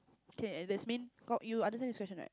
kay and there's mean cock you understand this question right